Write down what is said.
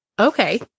Okay